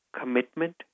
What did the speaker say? commitment